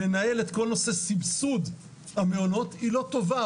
לנהל את כל נושא סבסוד המעונות היא לא טובה,